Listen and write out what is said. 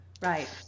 Right